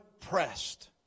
pressed